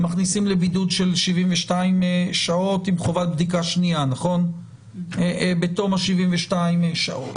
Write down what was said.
מכניסים לבידוד של 72 שעות עם חובת בדיקה שנייה בתום ה-72 שעות.